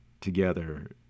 together